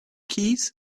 keys